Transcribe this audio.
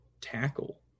tackle